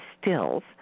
stills